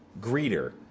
greeter